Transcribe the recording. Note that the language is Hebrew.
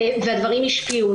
הדברים השפיעו.